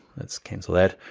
let's cancel that,